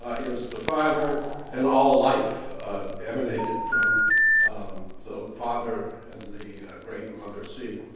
ah is the father and all life emanated from the father and the great mother sea.